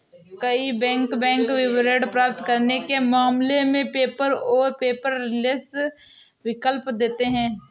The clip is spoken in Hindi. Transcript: कई बैंक बैंक विवरण प्राप्त करने के मामले में पेपर और पेपरलेस विकल्प देते हैं